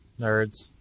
Nerds